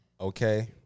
Okay